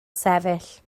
sefyll